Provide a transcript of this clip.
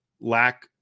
lack